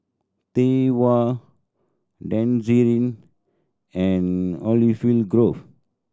Tai Hua Denizen and Olive Grove